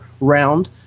round